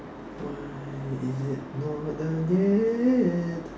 why is it not done yet